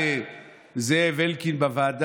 אבל לבוא ולומר: